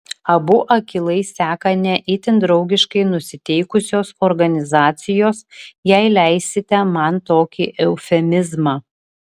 abu akylai seka ne itin draugiškai nusiteikusios organizacijos jei leisite man tokį eufemizmą